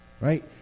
right